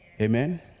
Amen